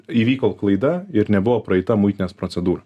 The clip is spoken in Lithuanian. įvyko klaida ir nebuvo praeita muitinės procedūra